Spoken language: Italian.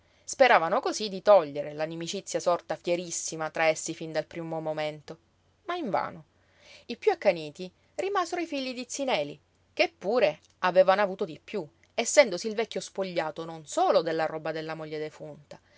speravano cosí di togliere la nimicizia sorta fierissima tra essi fin dal primo momento ma invano i piú accaniti rimasero i figli di zi neli che pure avevano avuto di piú essendosi il vecchio spogliato non solo della roba della moglie defunta